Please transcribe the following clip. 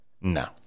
no